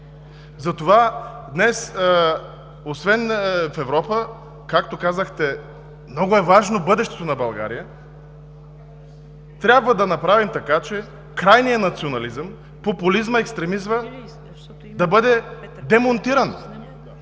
Затова днес освен в Европа, както казахте, много е важно бъдещето на България. Трябва да направим така, че крайният национализъм, популизмът, екстремизмът да бъде демонтиран.